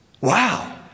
Wow